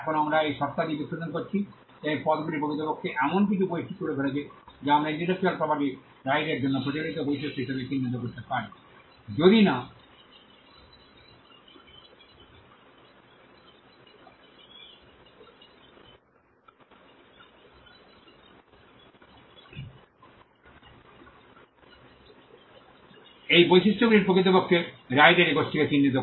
এখন আমরা এই শর্তাদি বিশ্লেষণ করেছি এবং এই পদগুলি প্রকৃতপক্ষে এমন কিছু বৈশিষ্ট্য তুলে ধরেছে যা আমরা ইন্টেলেকচুয়াল প্রপার্টির রাইটের জন্য প্রচলিত বৈশিষ্ট্য হিসাবে চিহ্নিত করতে পারি যদি না এই বৈশিষ্ট্যগুলি প্রকৃতপক্ষে রাইটের এই গোষ্ঠীকে চিহ্নিত করে